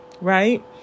right